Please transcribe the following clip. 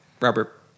Robert